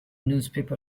newspaper